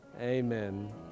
Amen